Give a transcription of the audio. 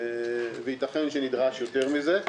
וייתכן שנדרש יותר מזה.